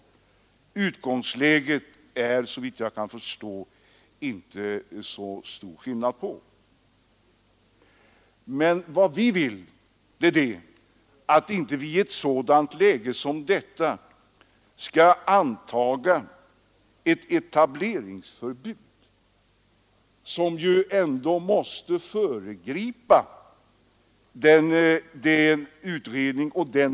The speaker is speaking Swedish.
Skillnaden är kanske inte så stor i utgångsläget. Men vad utskottet vill är att det inte nu skall införas ett etableringsförbud, något som föregriper den kommande utredningen.